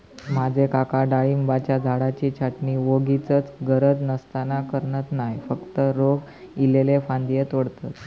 माझे काका डाळिंबाच्या झाडाची छाटणी वोगीचच गरज नसताना करणत नाय, फक्त रोग इल्लले फांदये तोडतत